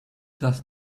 does